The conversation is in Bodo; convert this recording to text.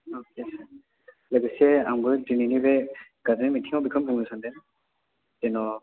अके सार लोगोसे आंबो दिनैनि बे गारजेन मिथिङाव बेखौनो बुंनो सान्दों जेन'